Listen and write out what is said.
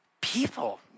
people